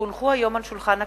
כי הונחו היום על שולחן הכנסת,